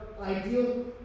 ideal